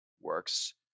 works